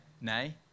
nay